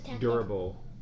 durable